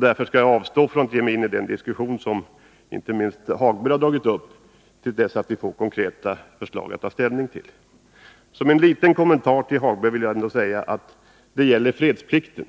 Därför skall jag avstå från att ge mig in i den diskussion som inte minst Lars-Ove Hagberg har dragit upp tills vi får konkreta förslag att ta ställning till. Som en liten kommentar till Lars-Ove Hagberg vill jag ändå säga att när det gäller fredsplikten